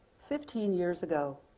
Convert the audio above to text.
fifteen years ago,